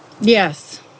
Yes